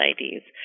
IDs